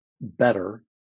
better